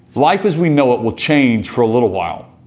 life as we know it will change for a little while,